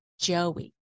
joey